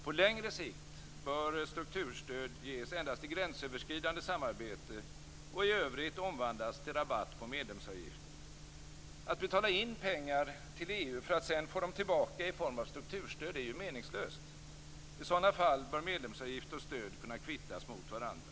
På längre sikt bör strukturstöd ges endast till gränsöverskridande samarbete och i övrigt omvandlas till rabatt på medlemsavgiften. Att betala in pengar till EU för att sedan få dem tillbaka i form av strukturstöd är ju meningslöst. I sådana fall bör medlemsavgift och stöd kunna kvittas mot varandra.